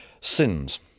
sins